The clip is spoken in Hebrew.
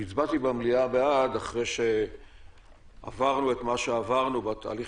והצבעתי במליאה בעד אחרי שעברנו את מה שעברנו בתהליך,